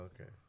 okay